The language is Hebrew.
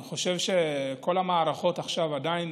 אני חושב שכל המערכות עכשיו עדיין,